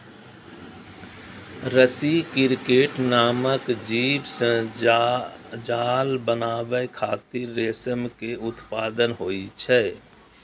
रसी क्रिकेट नामक जीव सं जाल बनाबै खातिर रेशम के उत्पादन होइ छै